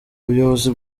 ubuyobozi